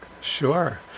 Sure